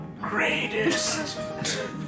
greatest